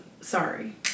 sorry